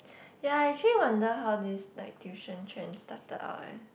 ya I actually wonder how this night tuition trend started out eh